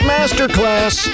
Masterclass